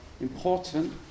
important